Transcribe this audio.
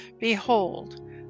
Behold